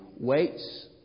waits